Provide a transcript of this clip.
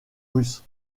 russe